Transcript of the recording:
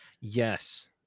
Yes